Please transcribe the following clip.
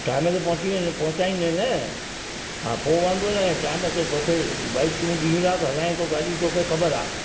time ते पहुची पहुचाईंदे न हा पोइ वांगुरु ऐं टाइम ते तोखे भाई तूं ॾींहुं राति हलाए थो गाॾी तोखे ख़बर आहे